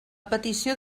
petició